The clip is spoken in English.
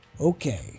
Okay